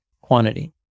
quantity